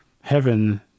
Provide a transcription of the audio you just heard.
heaven